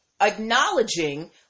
acknowledging